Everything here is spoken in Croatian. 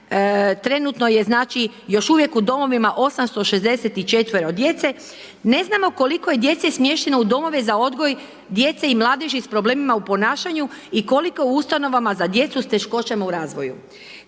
trenutno je znači još uvijek u domovima 864 djece, ne znamo koliko je djece smješteno u domove za odgoj djece i mladeži s problemima u ponašanju i koliko u ustanovama za djecu s teškoćama u razvoju.